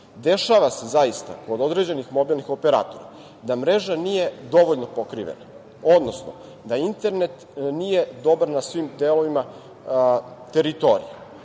se zaista kod određenih mobilnih operatora da mreža nije dovoljno pokrivena, odnosno da internet nije dobar na svim delovima teritorije.